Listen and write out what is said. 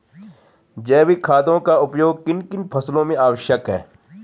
जैविक खादों का उपयोग किन किन फसलों में आवश्यक है?